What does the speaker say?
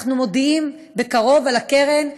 אנחנו מודיעים בקרוב על קרן,